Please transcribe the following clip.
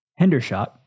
Hendershot